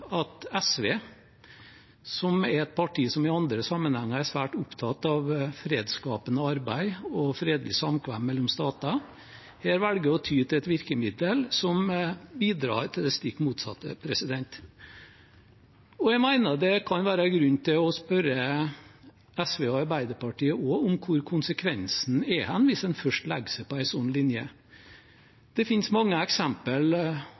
at SV, som er et parti som i andre sammenhenger er svært opptatt av fredsskapende arbeid og fredelig samkvem mellom stater, velger å ty til et virkemiddel som bidrar til det stikk motsatte. Jeg mener det kan være grunn til å spørre SV og Arbeiderpartiet om hva konsekvensen blir dersom en først legger seg på